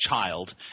child